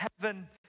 heaven